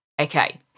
okay